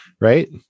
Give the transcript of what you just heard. right